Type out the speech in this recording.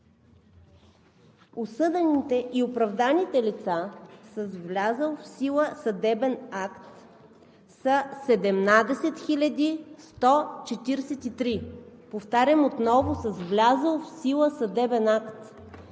осъдените и оправданите лица с влязъл в сила съдебен акт са 17 143, повтарям отново: с влязъл в сила съдебен акт,